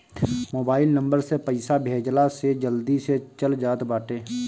mobile number से पईसा भेजला से जल्दी से चल जात बाटे